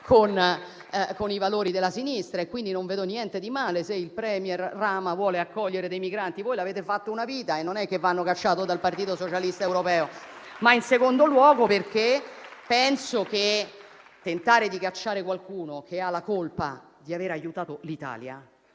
con i valori della sinistra e quindi non vedo niente di male nel fatto che il *premier* Rama voglia accogliere dei migranti (voi l'avete fatto per una vita e non è che vi abbiano cacciati dal Partito socialista europeo); in secondo luogo, perché penso che tentare di cacciare qualcuno che ha la colpa di aver aiutato l'Italia,